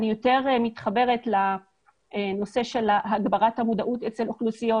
אני יותר מתחברת לנושא הגברת המודעות אצל אוכלוסיות